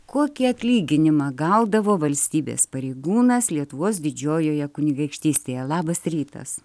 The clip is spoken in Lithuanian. kokį atlyginimą gaudavo valstybės pareigūnas lietuvos didžiojoje kunigaikštystėje labas rytas